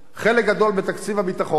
חלק גדול מתקציב הביטחון,